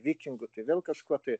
vikingu tai vėl kažkuo tai